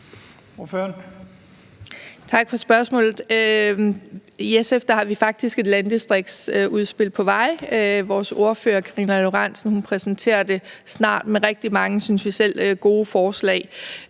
Tak for spørgsmålet. I SF har vi faktisk et landdistriktsudspil på vej. Vores ordfører, Karina Lorentzen Dehnhardt, præsenterer det snart med rigtig mange, synes